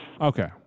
Okay